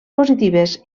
positives